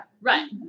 Right